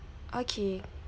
okay